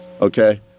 Okay